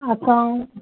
account